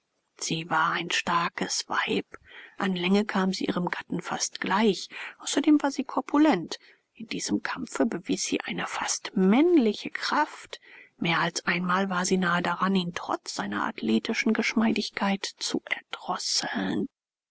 sie war ein starkes weib an länge kam sie ihrem gatten fast gleich außerdem war sie korpulent in diesem kampfe bewies sie eine fast männliche kraft mehr als einmal war sie nahe daran ihn trotz seiner atlethischen geschmeidigkeit zu